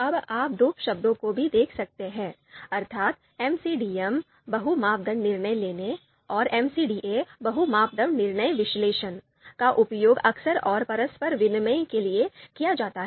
अब आप दो शब्दों को भी देख सकते हैं अर्थात् MCDM बहु मापदंड निर्णय लेने और MCDA बहु मापदंड निर्णय विश्लेषण का उपयोग अक्सर और परस्पर विनिमय के लिए किया जाता है